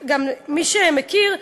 גם מי שמכיר,